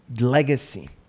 legacy